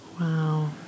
Wow